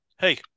hey